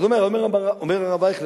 אומר הרב אייכלר,